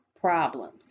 problems